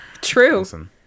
True